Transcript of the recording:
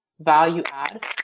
value-add